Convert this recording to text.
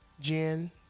Jen